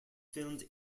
filmed